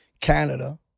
Canada